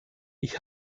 ich